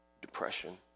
Depression